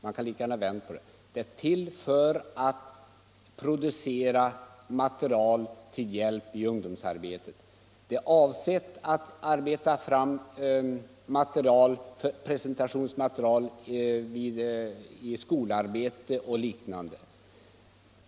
Organet är till för att producera material till hjälp i ungdomsarbetet. Det är avsett att arbeta fram presentationsmaterial i skolarbete och liknande.